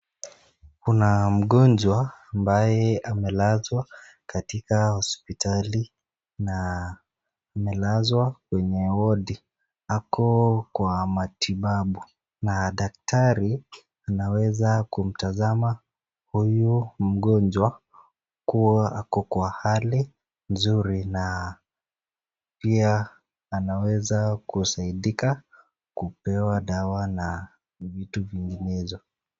Kuna mgonjwa ambaye amelazwa katika hospitali na amelazwa kwenye wodi na ako kwa matibabu na daktari anaweza kumtazama huyu mgonjwa kuwa ako kwa hali nzuri na pia anaweza kusaidika kupewa dawa na vitu vinginevyo.